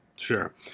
Sure